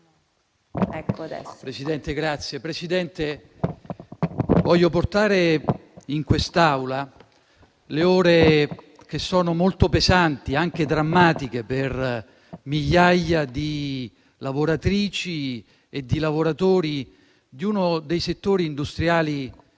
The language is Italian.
Presidente, voglio portare in quest'Aula l'urgenza di ore che sono molto pesanti, anche drammatiche, per migliaia di lavoratrici e di lavoratori di uno dei settori industriali